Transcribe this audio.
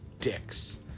dicks